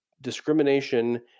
discrimination